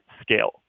scale